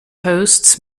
hosts